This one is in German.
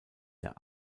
der